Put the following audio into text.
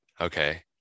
okay